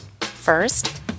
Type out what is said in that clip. First